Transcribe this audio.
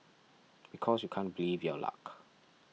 because you can't believe your luck